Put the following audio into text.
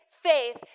faith